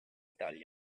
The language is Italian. italia